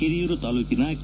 ಹಿರಿಯೂರು ತಾಲೂಕಿನ ಕೆ